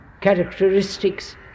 characteristics